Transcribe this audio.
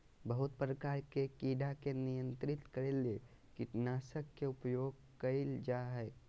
बहुत प्रकार के कीड़ा के नियंत्रित करे ले कीटनाशक के उपयोग कयल जा हइ